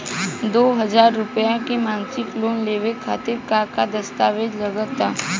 दो हज़ार रुपया के मासिक लोन लेवे खातिर का का दस्तावेजऽ लग त?